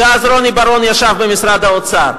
כשרוני בר-און ישב במשרד האוצר.